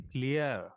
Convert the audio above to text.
Clear